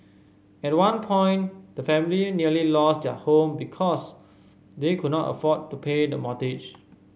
at one point the family nearly lost their home because they could not afford to pay the mortgage